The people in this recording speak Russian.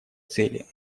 цели